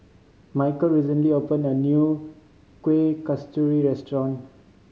Michal recently opened a new Kuih Kasturi restaurant